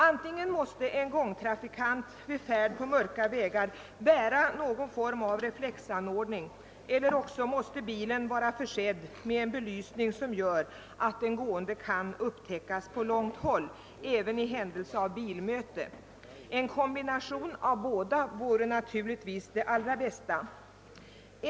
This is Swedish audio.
Antingen måste gångtrafikanterna vid färd på mörka vägar bära någon form av reflexanordning eller också måste bilarna vara försedda med en belysning som gör att gående kan upptäckas på långt håll även i händelse av bilmöte. En kombination av båda vore naturligtvis det allra bästa.